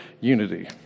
unity